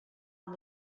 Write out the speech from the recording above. amb